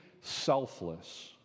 selfless